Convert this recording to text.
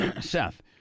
Seth